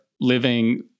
living